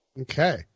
Okay